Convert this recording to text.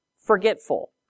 forgetful